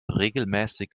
regelmäßig